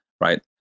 right